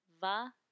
va